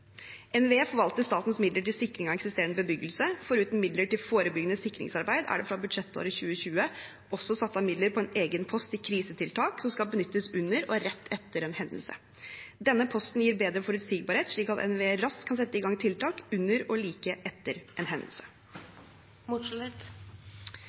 NVE forvalter statens midler til sikring av eksisterende bebyggelse. Foruten midler til forebyggende sikringsarbeid er det fra budsjettåret for 2020 også satt av midler på en egen post til krisetiltak som skal benyttes under og rett etter en hendelse. Denne posten gir bedre forutsigbarhet, slik at NVE raskt kan sette i gang tiltak under og like etter en hendelse.